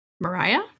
Mariah